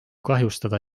kahjustada